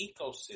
ecosystem